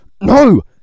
No